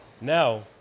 Now